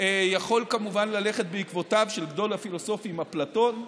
יכול כמובן ללכת בעקבותיו של גדול הפילוסופים אפלטון,